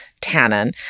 tannin